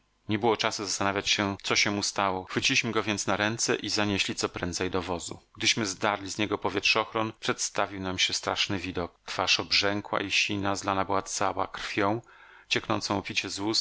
nie było czasu zastanawiać się co się mu stało chwyciliśmy go więc na ręce i zanieśli co prędzej do wozu gdyśmy zdarli z niego powietrzochron przedstawił nam się straszny widok twarz obrzękła i sina zlana była cała krwią